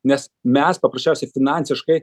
nes mes paprasčiausiai finansiškai